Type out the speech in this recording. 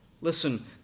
Listen